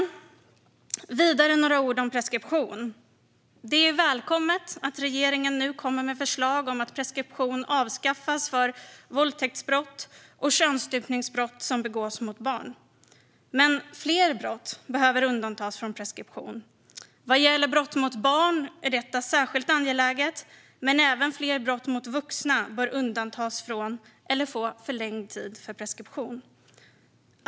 Vidare vill jag säga några ord om preskription. Det är välkommet att regeringen nu kommer med förslag om att preskription avskaffas för våldtäktsbrott och könsstympningsbrott som begås mot barn. Men fler brott behöver undantas från preskription. Vad gäller brott mot barn är detta särskilt angeläget, men även fler brott mot vuxna bör undantas från eller få förlängd tid för preskription.